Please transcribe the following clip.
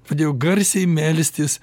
pradėjau garsiai melstis